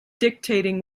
dictating